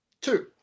two